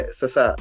sasa